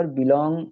belong